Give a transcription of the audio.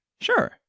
Sure